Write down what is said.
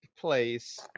place